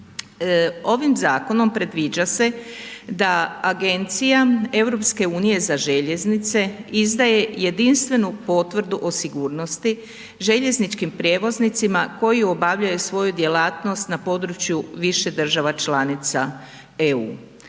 Ovim zakonom predviđa se da Agencija EU za željeznice izdaje jedinstvenu potvrdu o sigurnosti željezničkim prijevoznicima koji obavljaju svoju djelatnost na području više država članica EU.